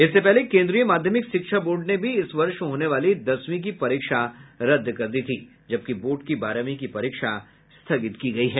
इससे पहले केंद्रीय माध्यमिक शिक्षा बोर्ड ने भी इस वर्ष होने वाली दसवीं की परीक्षा रद्द कर दी थी जबकि बोर्ड की बारहवीं की परीक्षा स्थगित की गई है